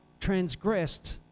transgressed